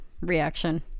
reaction